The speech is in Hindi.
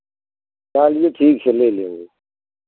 चलिए ठीक है ले लेंगे